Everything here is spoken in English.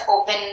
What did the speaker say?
open